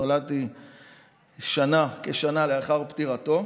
נולדתי כשנה לאחר פטירתו.